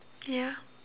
ya